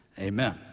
Amen